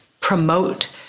promote